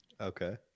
Okay